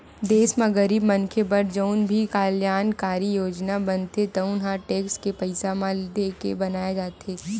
देस म गरीब मनखे बर जउन भी कल्यानकारी योजना बनथे तउन ह टेक्स के पइसा ल देखके बनाए जाथे